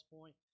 Point